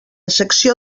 secció